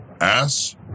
ass